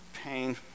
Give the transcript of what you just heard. pain